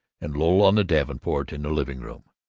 and loll on the davenport in the living-room.